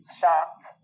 shocked